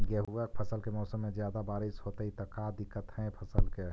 गेहुआ के फसल के मौसम में ज्यादा बारिश होतई त का दिक्कत हैं फसल के?